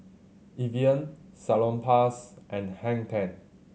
Evian Salonpas and Hang Ten